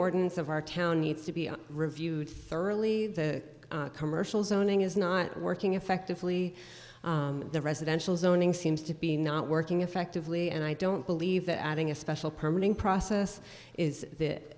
ordinance of our town needs to be reviewed thoroughly the commercial zoning is not working effectively the residential zoning seems to be not working effectively and i don't believe that adding a special permit process is that